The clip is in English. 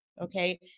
Okay